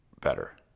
better